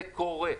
זה קורה.